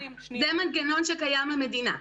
זה מנגנון שקיים למדינה.